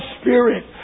spirit